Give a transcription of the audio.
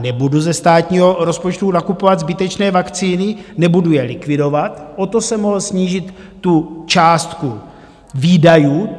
Nebudu ze státního rozpočtu nakupovat zbytečné vakcíny, nebudu je likvidovat, o to jsem mohl snížit tu částku výdajů.